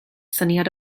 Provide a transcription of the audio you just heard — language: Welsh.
syniad